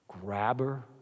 grabber